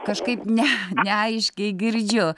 kažkaip ne neaiškiai girdžiu